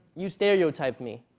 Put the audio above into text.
you stereotyped me.